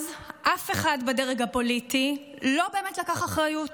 אז אף אחד בדרג הפוליטי לא באמת לקח אחריות.